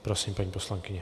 Prosím, paní poslankyně.